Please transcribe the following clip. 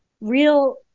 real